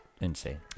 insane